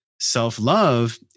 Self-love